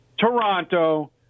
Toronto